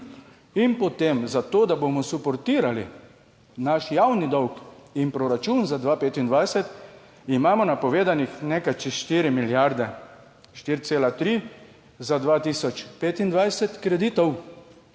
In potem zato, da bomo suportirali naš javni dolg in proračun za 2025 imamo napovedanih nekaj čez 4 milijarde, 4,3 za 2025 kreditov